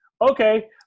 okay